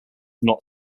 not